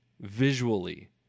Visually